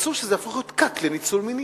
אסור שזה יהפוך להיות כת לניצול מיני.